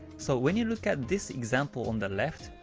so when you look at this example on the left,